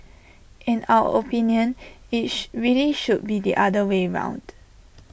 in our opinion IT really should be the other way round